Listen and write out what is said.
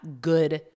good